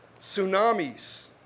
tsunamis